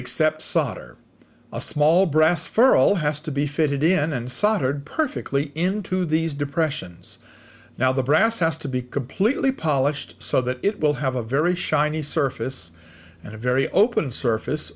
except solder a small brass furrow all has to be fitted in and soldered perfectly into these depressions now the brass has to be completely polished so that it will have a very shiny surface and a very open surface